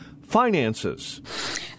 finances